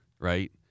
right